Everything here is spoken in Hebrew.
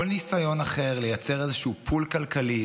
כל ניסיון אחר לייצר איזשהו פול כלכלי,